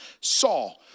Saul